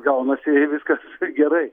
gaunasis viskas gerai